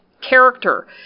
character